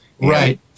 Right